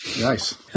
Nice